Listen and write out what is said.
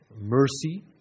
Mercy